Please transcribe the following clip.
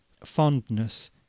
Fondness